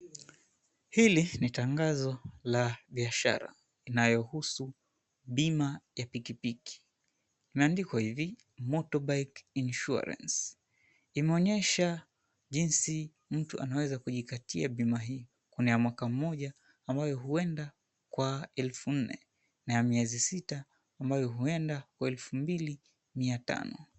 Hili ni tangazo ya biashara inayohusu bima ya pikipiki, imeandikwa hivi, "MOTORBIKE INSURANCE", imeonyesha jinsi mtu anaweza kujikatia bima hii, kuna ya mwaka mmoja ambayo huenda kwa 4000 na ya miezi sita ambayo huenda kwa 2500.